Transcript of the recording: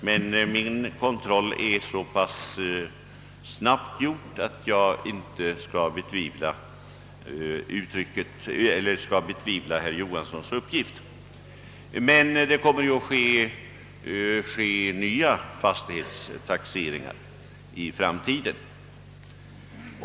Men min kontroll är så snabbt gjord att jag inte skall betvivla herr Johanssons uppgift. Det kommer ju dock att ske nya fastighetstaxeringar i framtiden.